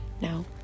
Now